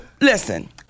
listen